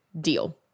deal